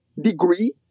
degree